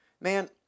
Man